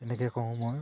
এনেকৈ কওঁ মই